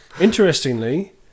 interestingly